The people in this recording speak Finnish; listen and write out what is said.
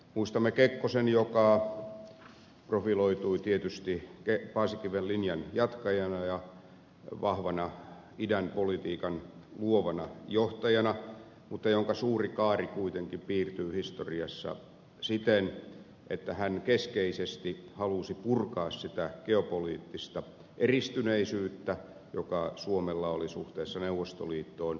muistamme kekkosen joka profiloitui tietysti paasikiven linjan jatkajana ja vahvana idänpolitiikan luovana johtajana mutta jonka suuri kaari kuitenkin piirtyy historiassa siten että hän keskeisesti halusi purkaa sitä geopoliittista eristyneisyyttä joka suomella oli suhteessa neuvostoliittoon